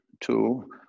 two